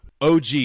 OG